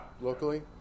locally